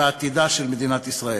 ועתידה של מדינת ישראל.